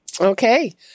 Okay